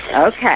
Okay